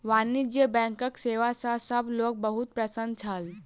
वाणिज्य बैंकक सेवा सॅ सभ लोक बहुत प्रसन्न छल